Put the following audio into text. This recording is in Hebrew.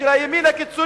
תודה